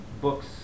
Books